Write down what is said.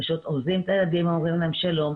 פשוט אורזים את הילדים ואומרים להם שלום,